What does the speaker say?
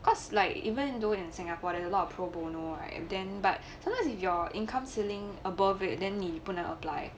cause like even though in singapore there is a lot of pro bono right then but sometimes if your income ceiling above it then 你不能 apply